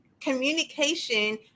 communication